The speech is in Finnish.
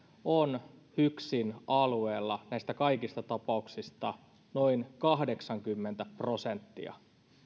on hyksin alueella näistä kaikista tapauksista noin kahdeksankymmentä prosenttia